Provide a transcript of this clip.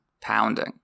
pounding